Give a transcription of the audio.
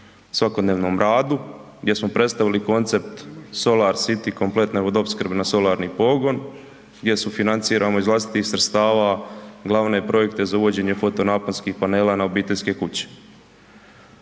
svakodnevnom radu, gdje smo predstavili koncept Solar City kompletne vodooprskbe na solarni pogon, gdje sufinanciramo iz vlastitih sredstava glavne projekte za uvođenje fotonaponskih panela na obiteljske kuće.